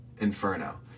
Inferno